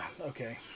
Okay